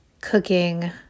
cooking